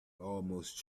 almost